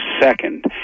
second